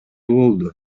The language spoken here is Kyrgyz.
болду